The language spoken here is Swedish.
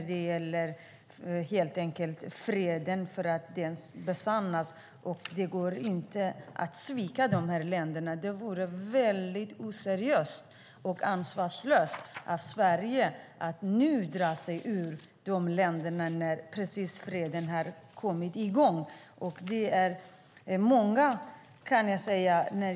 Det går inte att svika dessa länder nu. Det vore mycket oseriöst och ansvarslöst av Sverige att dra sig ur dessa länder när freden precis har besannats.